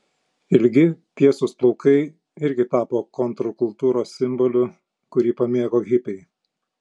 ilgi tiesūs plaukai irgi tapo kontrkultūros simboliu kurį pamėgo hipiai